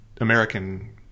American